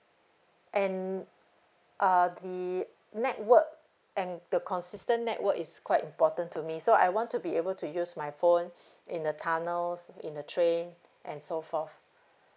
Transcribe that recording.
and uh the network and the consistent network is quite important to me so I want to be able to use my phone in the tunnels in the train and so forth